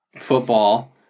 football